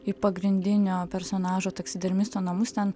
į pagrindinio personažo taksidermisto namus ten